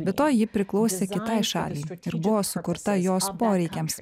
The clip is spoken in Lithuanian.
be to ji priklausė kitai šaliai ir buvo sukurta jos poreikiams